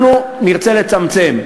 אנחנו נרצה לצמצם.